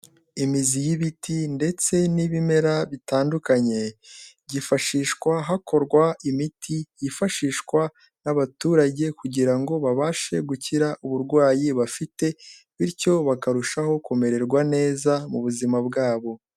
Imizi y'ibiti ndetse n'ibimera bitandukanye, byifashishwa hakorwa imiti yifashishwa n'abaturage kugira ngo babashe gukira uburwayi bafite, bityo bakarushaho kumererwa neza mu buzima bwabo.